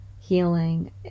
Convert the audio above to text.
healing